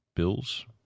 Bills